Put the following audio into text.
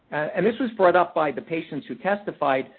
and this was brought up by the patients who testified,